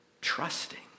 Trusting